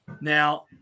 Now